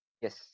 Yes